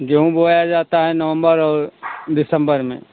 गेहूं बोया जाता है नवंबर और दिसंबर में